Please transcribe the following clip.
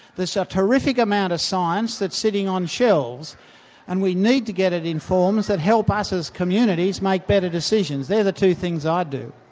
terrific amount of science that's sitting on shelves and we need to get it in forms that help us as communities make better decisions. they're the two things i'd do.